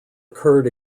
occurred